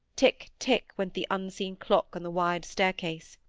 tick-tick went the unseen clock on the wide staircase.